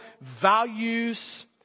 values